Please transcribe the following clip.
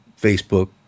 Facebook